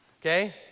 Okay